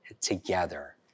together